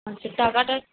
আচ্ছা টাকাটা